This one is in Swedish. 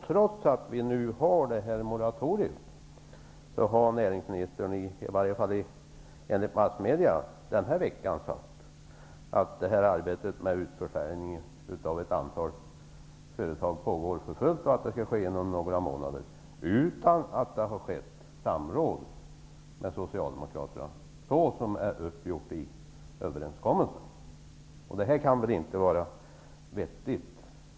Trots att vi nu har det här moratoriet har näringsministern, åtminstone enligt massmedia den här veckan, sagt att arbetet med utförsäljningen av ett antal företag pågår för fullt och att det skall göras inom några månader. Detta utan att det har skett något samråd med Socialdemokraterna så som det är uppgjort i överenskommelsen. Det kan väl inte vara vettigt?